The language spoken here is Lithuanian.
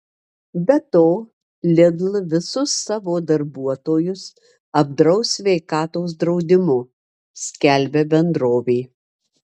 be to lidl visus savo darbuotojus apdraus sveikatos draudimu skelbia bendrovė